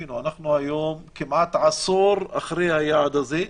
תבינו שאנחנו היום כמעט עשור אחרי היעד הזה,